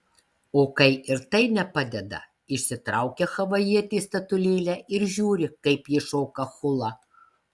o kai ir tai nepadeda išsitraukia havajietės statulėlę ir žiūri kaip ji šoka hulą